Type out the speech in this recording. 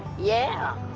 yeah.